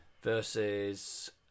versus